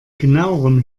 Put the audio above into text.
genauerem